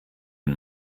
den